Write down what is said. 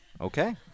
Okay